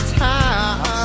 time